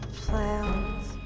plans